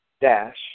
dash